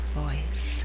voice